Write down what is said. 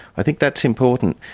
i think that's important.